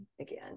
again